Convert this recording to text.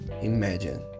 imagine